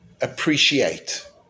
appreciate